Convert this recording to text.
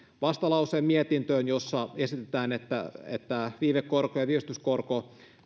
vastalauseen jossa esitetään että viivekorko ja viivästyskorko